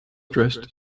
dressed